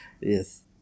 Yes